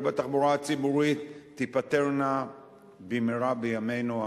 בתחבורה הציבורית תיפתרנה במהרה בימינו,